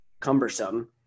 cumbersome